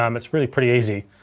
um it's really pretty easy.